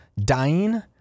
dying